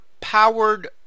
powered